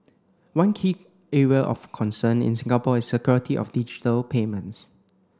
one key area of concern in Singapore is security of digital payments